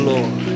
Lord